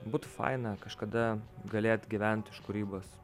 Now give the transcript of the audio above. būtų faina kažkada galėt gyvent iš kūrybos